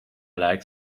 like